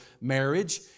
marriage